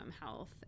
health